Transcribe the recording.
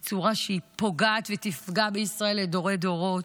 בצורה שפוגעת ותפגע בישראל לדורי דורות.